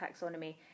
Taxonomy